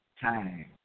time